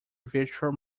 virtual